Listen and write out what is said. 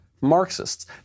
Marxists